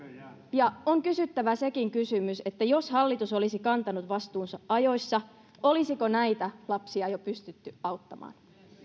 ja on kysyttävä sekin kysymys että jos hallitus olisi kantanut vastuunsa ajoissa olisiko näitä lapsia jo pystytty auttamaan